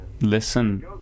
listen